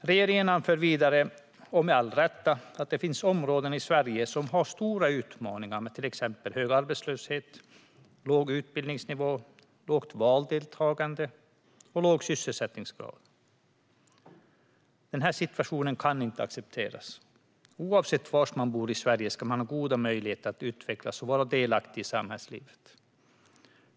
Regeringen anför vidare, och med all rätt, att det finns områden i Sverige som har stora utmaningar med till exempel hög arbetslöshet, låg utbildningsnivå, lågt valdeltagande och låg sysselsättningsgrad. Denna situation kan inte accepteras. Oavsett var man bor i Sverige ska man ha goda möjligheter att utvecklas och vara delaktig i samhällslivet.